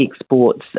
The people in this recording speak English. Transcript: exports